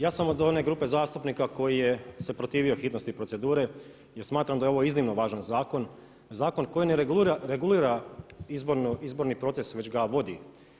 Ja sam od one grupe zastupnika koji se protivio hitnosti procedure, jer smatram da je ovo iznimno važan zakon, zakon koji ne regulira izborni proces već ga vodi.